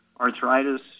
arthritis